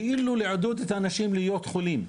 כאילו לעודד את האנשים להיות חולים,